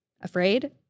afraid